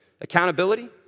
Accountability